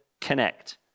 connect